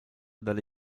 delle